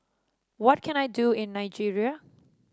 what can I do in Nigeria